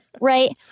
right